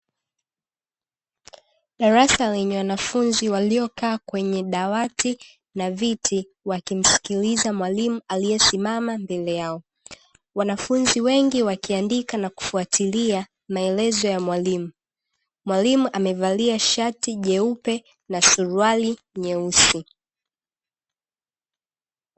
Darasa lenye wanafunzi waliokaa kwenye dawati na viti wakimsikiliza mwalimu aliyesimama mbele yao. Wanafunzi wengi wakiandika na kufuatilia maelezo ya mwalimu. Mwalimu amevalia shati jeupe na suruali nyeusi.